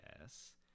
Yes